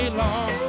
long